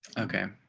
okay,